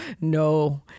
no